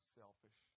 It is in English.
selfish